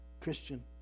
Christian